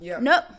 nope